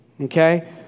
okay